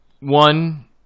one